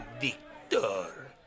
Victor